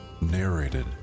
Narrated